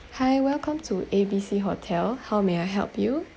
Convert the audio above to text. hi welcome to A B C hotel how may I help you